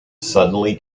suddenly